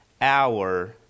hour